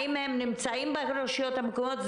אם הם נמצאים ברשויות המקומיות,